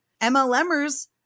MLMers